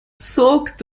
zog